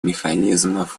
механизмов